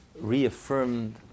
reaffirmed